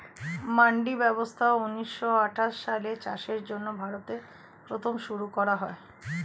মান্ডি ব্যবস্থা ঊন্নিশো আঠাশ সালে চাষের জন্য ভারতে প্রথম শুরু করা হয়